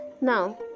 now